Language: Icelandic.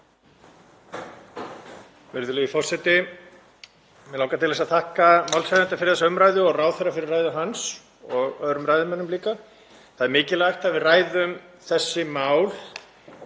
Virðulegi forseti. Mig langar til að þakka málshefjanda fyrir þessa umræðu og ráðherra fyrir ræðu hans og öðrum ræðumönnum líka. Það er mikilvægt að við ræðum þessi mál